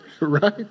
Right